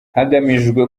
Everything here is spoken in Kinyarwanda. hagamijwe